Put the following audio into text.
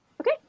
Okay